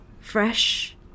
Fresh